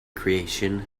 creation